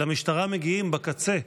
אל המשטרה מגיעים בקצה,